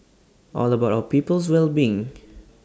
all about our people's well being